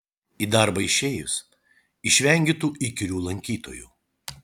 į darbą išėjus išvengi tų įkyrių lankytojų